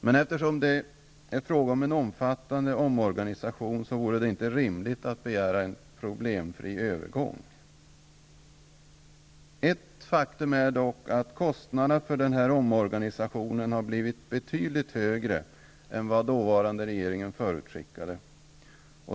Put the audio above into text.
Men eftersom det är fråga om en omfattande omorganisation så vore det inte rimligt att begära en problemfri övergång. Ett faktum är dock att kostnaderna för den här omorganisationen har blivit betydligt större än vad den dåvarande regeringen förutskickade.